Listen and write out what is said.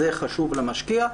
זה חשוב למשקיע,